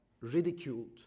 ridiculed